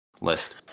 list